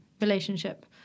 relationship